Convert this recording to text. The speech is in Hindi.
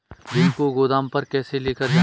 गेहूँ को गोदाम पर कैसे लेकर जाएँ?